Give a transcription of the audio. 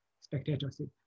spectatorship